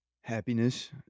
Happiness